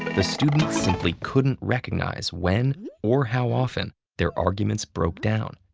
the students simply couldn't recognize when or how often their arguments broke down.